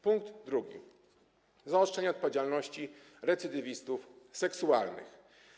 Po drugie, zaostrzenie odpowiedzialności recydywistów seksualnych.